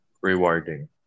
rewarding